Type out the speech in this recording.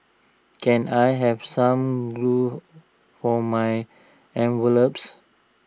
can I have some glue for my envelopes